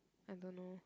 I don't know